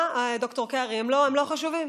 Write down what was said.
הא, ד"ר קרעי, הם לא חשובים?